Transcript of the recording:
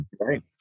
right